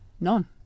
none